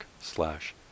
slash